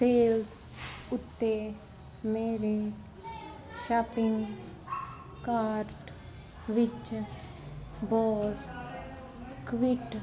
sales ਉੱਤੇ ਮੇਰੇ shopping cart ਵਿੱਚ ਬੋਸ ਕਵੀਟ